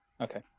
Okay